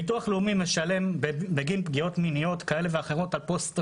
ביטוח לאומי משלם בגין פגיעות מיניות על פוסט טראומה.